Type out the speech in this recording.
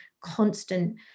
constant